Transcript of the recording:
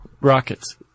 Rockets